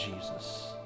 Jesus